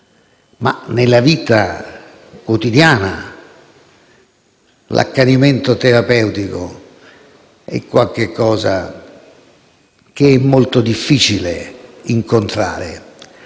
ma nella vita quotidiana l'accanimento terapeutico è qualcosa che è molto difficile incontrare,